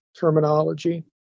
terminology